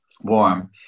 warm